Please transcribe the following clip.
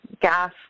gas